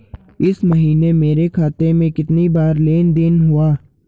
इस महीने मेरे खाते में कितनी बार लेन लेन देन हुआ है?